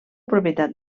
propietat